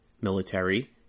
military